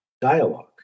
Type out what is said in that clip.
dialogue